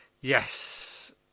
yes